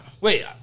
Wait